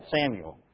Samuel